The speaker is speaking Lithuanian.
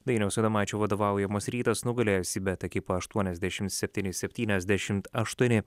dainiaus adomaičio vadovaujamas rytas nugalėjo cbet ekipą aštuoniasdešim septyni septyniasdešimt aštuoni